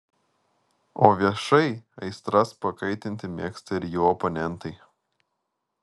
o viešai aistras pakaitinti mėgsta ir jų oponentai